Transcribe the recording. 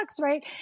Right